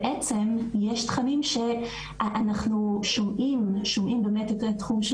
בעצם יש תכנים שאנחנו שומעים באמת את התחום של